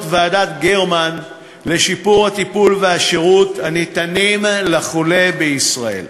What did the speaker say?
ועדת גרמן לשיפור הטיפול והשירות הניתנים לחולה בישראל.